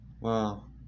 Wow